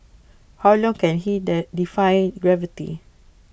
how long can he defy gravity